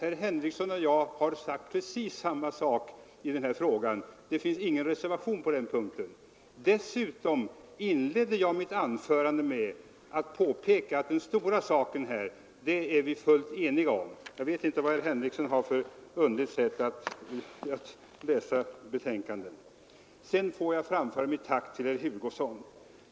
Herr Henrikson och jag har sagt precis samma sak i den här frågan. Det finns ingen reservation på den punkten. Dessutom inledde jag mitt anförande med att påpeka att den stora saken i detta sammanhang är vi fullständigt eniga om. Sedan får jag framföra mitt tack till herr Hugosson.